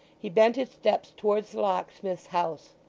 he bent his steps towards the locksmith's house.